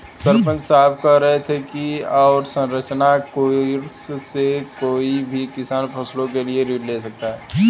सरपंच साहब कह रहे थे कि अवसंरचना कोर्स से कोई भी किसान फसलों के लिए ऋण ले सकता है